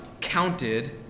counted